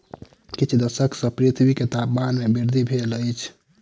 किछ दशक सॅ पृथ्वी के तापमान में वृद्धि भेल अछि